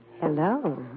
Hello